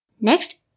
Next